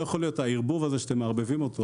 לא יכול להיות הערבוב הזה שאתם מערבבים אותו